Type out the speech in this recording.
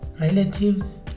relatives